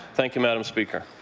thank you madam speaker.